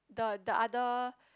the the other